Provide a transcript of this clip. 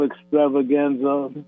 extravaganza